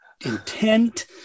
intent